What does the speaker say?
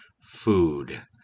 food